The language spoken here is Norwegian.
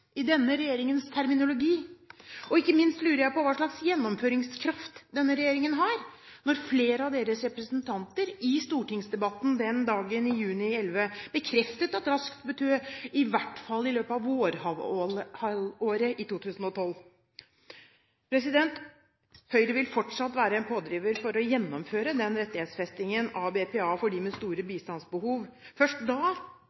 i denne regjeringens terminologi. Og ikke minst lurer jeg på hva slags gjennomføringskraft denne regjeringen har, når flere av deres representanter i stortingsdebatten den dagen i juni 2011 bekreftet at raskt betød i hvert fall i løpet av vårhalvåret 2012. Høyre vil fortsatt være en pådriver for å gjennomføre den rettighetsfestingen av BPA for dem med store bistandsbehov. Først da